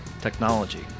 technology